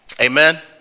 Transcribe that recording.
Amen